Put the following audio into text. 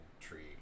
tree